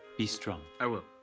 be strong. i will.